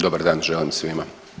Dobar dan želim svima.